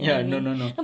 ya no no no